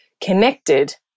connected